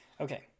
Okay